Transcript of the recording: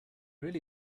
really